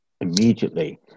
immediately